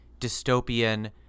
dystopian